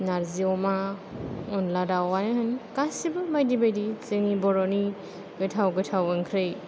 नारजि अमा अनला दाउवानो होन गासैबो बायदि बायदि जोंनि बर'नि गोथाव गोथाव ओंख्रि